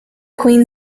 queen